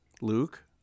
Luke